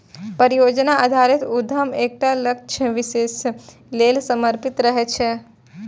परियोजना आधारित उद्यम एकटा लक्ष्य विशेष लेल समर्पित रहै छै